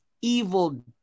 evil